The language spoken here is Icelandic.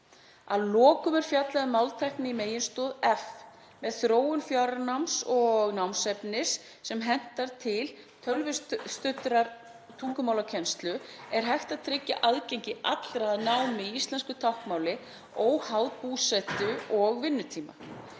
Að lokum er fjallað um máltækni í meginstoð f. Með þróun fjarnáms og námsefnis sem hentar til tölvustuddrar tungumálakennslu er hægt að tryggja aðgengi allra að námi í íslensku táknmáli, óháð búsetu og vinnutíma.